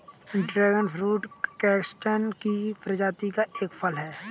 dragon fruit cactus की प्रजाति का एक फल है